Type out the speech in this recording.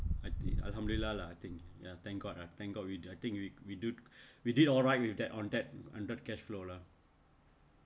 I think alhamdulillah lah I think ya thank god ah thank god we I think we we did we did all right with that on that on that the cash flow lah